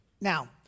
Now